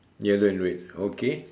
yellow and red okay